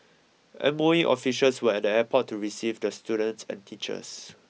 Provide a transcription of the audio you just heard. M O E officials were at the airport to receive the students and teachers